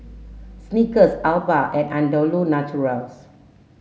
snickers Alba and Andalu Naturals